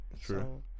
True